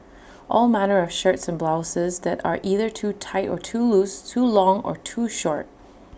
all manner of shirts and blouses that are either too tight or too loose too long or too short